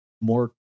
more